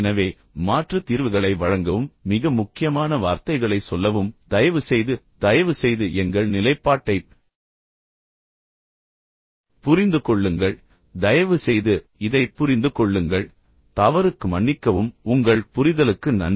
எனவே மாற்று தீர்வுகளை வழங்கவும் மிக முக்கியமான வார்த்தைகளை சொல்லவும் தயவுசெய்து தயவுசெய்து எங்கள் நிலைப்பாட்டைப் புரிந்து கொள்ளுங்கள் தயவுசெய்து இதைப் புரிந்து கொள்ளுங்கள் தவறுக்கு மன்னிக்கவும் உங்கள் புரிதலுக்கு நன்றி